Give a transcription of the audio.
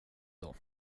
dag